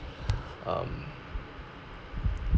um